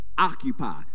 Occupy